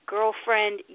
Girlfriend